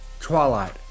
Twilight